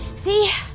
see?